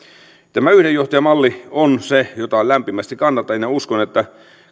tämä yhden johtajan malli on se jota lämpimästi kannatan ja uskon että